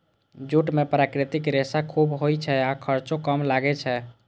jute मे प्राकृतिक रेशा खूब होइ छै आ खर्चो कम लागै छै